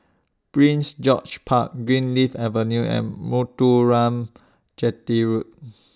Prince George's Park Greenleaf Avenue and Chetty Road